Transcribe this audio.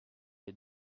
des